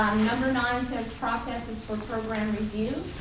number nine says process is for program review.